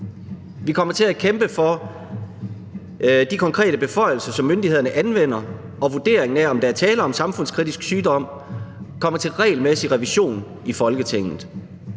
Vi kommer til at kæmpe for, at de konkrete beføjelser, som myndighederne anvender, og vurderingen af, om der er tale om samfundskritisk sygdom, kommer til regelmæssig revision i Folketinget.